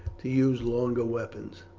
to use longer weapons.